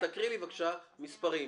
תקריאי לי בבקשה מספרים.